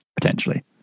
potentially